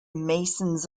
masons